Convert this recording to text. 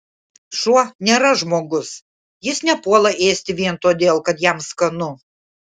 šuo nėra žmogus jis nepuola ėsti vien todėl kad jam skanu